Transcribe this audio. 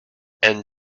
and